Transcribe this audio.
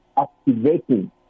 activating